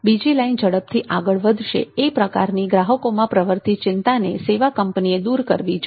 બીજી લાઈન ઝડપથી આગળ વધશે એ પ્રકારની ગ્રાહકોમાં પ્રવર્તી ચિંતાને સેવા કંપનીએ દૂર કરવી જોઈએ